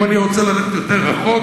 אם אני רוצה ללכת יותר רחוק,